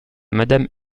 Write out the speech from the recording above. madame